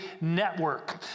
Network